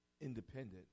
independent